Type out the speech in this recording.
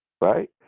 right